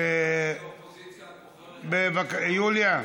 אין שר, יוליה,